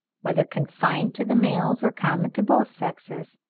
whether confined to the males or common to both sexes,